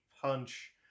punch